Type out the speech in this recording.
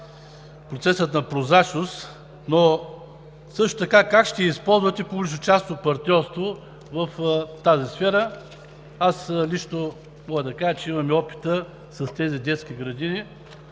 процеса на прозрачност, но също така как ще използвате публично-частното партньорство в тази сфера? Аз мога да кажа, че имаме опита с тези детски градини